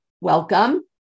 Welcome